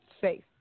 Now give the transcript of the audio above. safe